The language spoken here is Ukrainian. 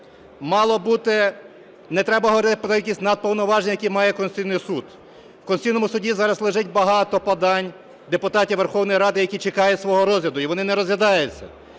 Мало бути… Не треба говорити про якісь надповноваження, які має Конституційний Суд. У Конституційному Суді зараз лежить багато подань депутатів Верховної Ради, які чекають свого розгляду і вони не розглядаються.